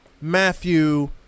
Matthew